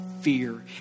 fear